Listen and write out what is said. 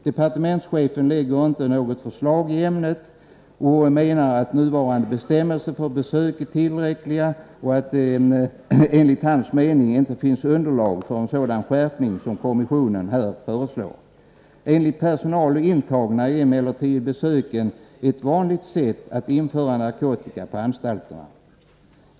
Departementschefen lägger inte fram något förslag i ämnet och menar att nuvarande bestämmelser för besök är tillräckliga och att det enligt hans mening inte finns underlag för en sådan skärpning som kommissionen föreslår. Enligt personal och intagna är det emellertid vanligt att just i samband med besök införa narkotika på anstalterna.